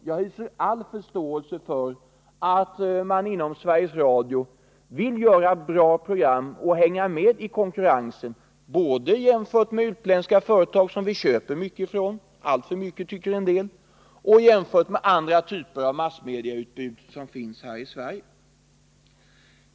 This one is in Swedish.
Jag hyser all förståelse för att man inom Sveriges Radio vill göra bra program och hänga med i konkurrensen, både jämfört med utländska företag som man köper av — alltför mycket, tycker en del — och jämfört med andra typer av massmedieutbud som finns här i Sverige.